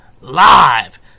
live